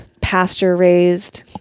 pasture-raised